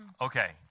Okay